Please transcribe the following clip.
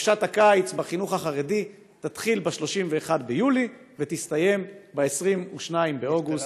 חופשת הקיץ בחינוך החרדי תתחיל ב-31 ביולי ותסתיים ב-22 באוגוסט.